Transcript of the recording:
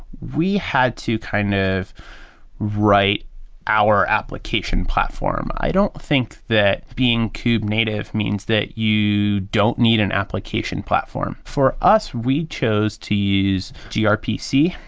we had to kind of write our application platform. i don't think that being kub native means that you don't need an application platform. for us, we chose to use yeah grpc.